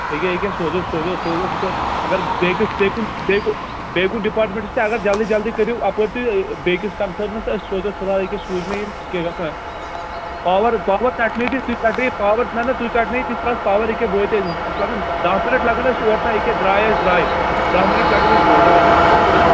یہِ کیٛاہ یہِ کیاہ سوزَو سوزَو سوزَو وُچھ حظ اگر بیٚیہِ کِس بیٚیہِ کُن بیٚیہِ کُن ڈِپارٹمٮ۪نٛٹس تہِ اگر جلدی جلدی کٔرِو اَپٲرۍ تُہۍ تہٕ بیٚکِس کَنسٲرنَس أسۍ سوزو فِلحال أکہِ سوٗز مےٚ یِم یہِ کہِ گژھان پاور پاور ژٔٹنٲوِو تُہۍ تُہۍ ژٹنٲوِو پاوَر نہَ نہَ تُہۍ ژٹنٲوِو تیٖتِس کالس پاوَر یہِ کیٛاہ وٲتۍ أسۍ اَسہِ لگن دَہ مِنٛٹ لَگن اَسہِ اوٗر تانۍ یہِ کہِ درٛاے أسۍ درٛاے دَہ مِنٛٹ لگن اَسہِ ٹوٹل وَن دہ مِنٹ لَگ اَسہِ ٹوٹل